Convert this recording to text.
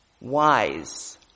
wise